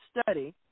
study